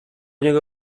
niego